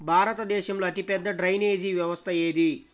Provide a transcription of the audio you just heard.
భారతదేశంలో అతిపెద్ద డ్రైనేజీ వ్యవస్థ ఏది?